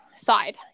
side